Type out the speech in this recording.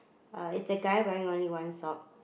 uh is the guy wearing only one sock